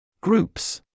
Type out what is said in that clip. groups